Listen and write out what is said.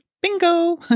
bingo